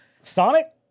Sonic